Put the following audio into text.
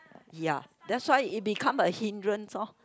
ya that's why it become a hindrance orh